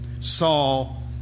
Saul